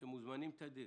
אתם מוזמנים תדיר.